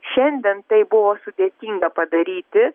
šiandien tai buvo sudėtinga padaryti